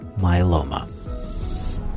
myeloma